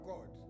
God